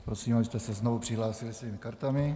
Prosím, abyste se znovu přihlásili svými kartami.